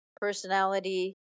personality